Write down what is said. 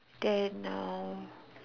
then um